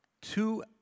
two